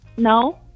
No